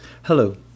Hello